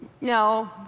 No